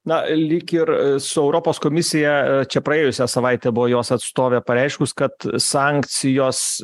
na lyg ir su europos komisija čia praėjusią savaitę buvo jos atstovė pareiškus kad sankcijos